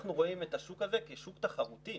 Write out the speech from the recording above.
אנחנו רואים את השוק הזה כשוק תחרותי.